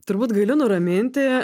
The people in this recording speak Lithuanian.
turbūt gali nuraminti